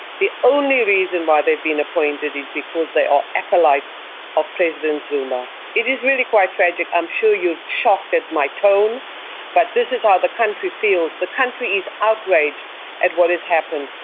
the only reason why they've been appointed is because they are acolytes of president zuma. it is really quite tragic. i am sure you're shocked at my tone but this is how the country feels. the country is outraged at what has happened.